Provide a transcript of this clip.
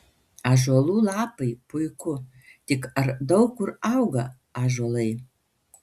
ąžuolų lapai puiku tik ar daug kur auga ąžuolai